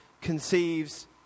conceives